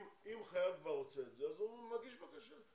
אם חייל רוצה את זה, הוא מגיש בקשה.